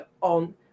on